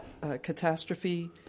catastrophe